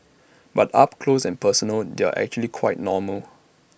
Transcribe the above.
but up close and personal they're actually quite normal